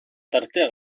tartea